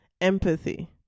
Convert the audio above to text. Empathy